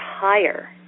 higher